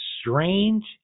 strange